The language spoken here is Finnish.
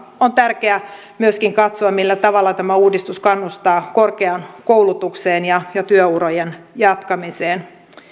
on tärkeää myöskin katsoa millä tavalla tämä uudistus kannustaa korkeaan koulutukseen ja työurien jatkamiseen